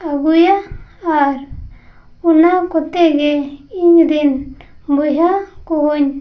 ᱟᱹᱜᱩᱭᱟ ᱟᱨ ᱚᱱᱟ ᱠᱚᱛᱮᱜᱮ ᱤᱧᱨᱮᱱ ᱵᱚᱭᱦᱟᱠᱚᱦᱚᱧ